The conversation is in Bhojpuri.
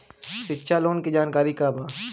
शिक्षा लोन के जानकारी का बा?